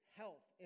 health